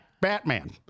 Batman